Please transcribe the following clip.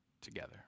together